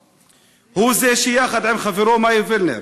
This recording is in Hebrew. הוא, שיחד עם חברו מאיר וילנר